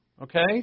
Okay